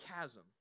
chasm